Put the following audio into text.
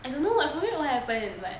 I don't know I forget what happen but